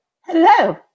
Hello